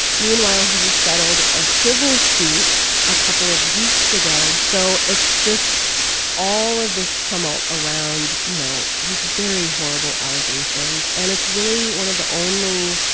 meanwhile, he just settled a civil suit a couple of weeks ago so it's just all of this tumult around, you know, these very horrible allegations. and it's really one of the only,